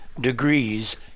degrees